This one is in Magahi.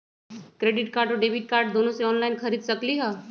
क्रेडिट कार्ड और डेबिट कार्ड दोनों से ऑनलाइन खरीद सकली ह?